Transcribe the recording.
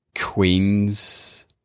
queen's